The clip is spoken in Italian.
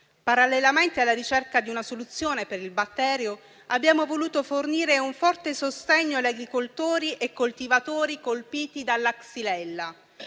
Parallelamente alla ricerca di una soluzione per il batterio, abbiamo voluto fornire un forte sostegno ad agricoltori e coltivatori colpiti dalla xylella.